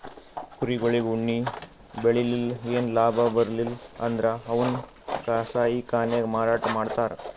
ಕುರಿಗೊಳಿಗ್ ಉಣ್ಣಿ ಬೆಳಿಲಿಲ್ಲ್ ಏನು ಲಾಭ ಬರ್ಲಿಲ್ಲ್ ಅಂದ್ರ ಅವನ್ನ್ ಕಸಾಯಿಖಾನೆಗ್ ಮಾರಾಟ್ ಮಾಡ್ತರ್